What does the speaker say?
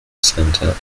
centre